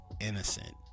innocent